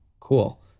cool